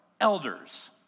elders